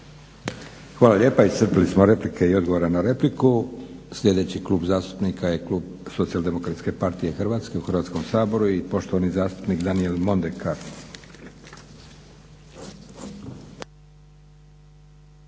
Hvala lijepa. Iscrpili smo replike i odgovore na repliku. Sljedeći klub zastupnika je klub Socijaldemokratske partije Hrvatske u Hrvatskom saboru i poštovani zastupnik Daniel Mondekar.